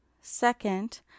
second